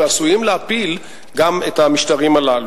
ועשויים להפיל גם את המשטרים הללו.